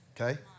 Okay